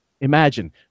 imagine